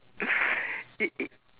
if if